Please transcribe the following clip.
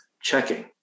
checking